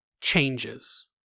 changes